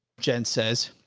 jen says,